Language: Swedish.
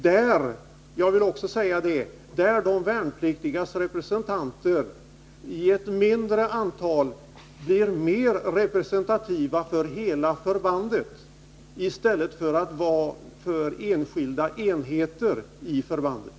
De värnpliktigas representanter där — det vill jag gärna betona — blir trots sitt mindre antal på det sättet mer representativa för hela förbandet än om man har systemet med representanter för enskilda enheter inom förbandet.